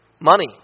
Money